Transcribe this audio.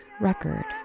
record